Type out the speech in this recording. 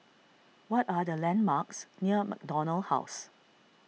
what are the landmarks near MacDonald House